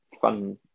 fun